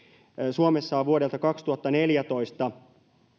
suomessa on vuodelta kaksituhattaneljätoista